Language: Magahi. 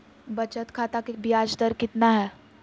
बचत खाता के बियाज दर कितना है?